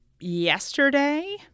yesterday